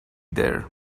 there